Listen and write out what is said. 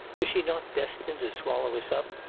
is she not destined to swallow us up,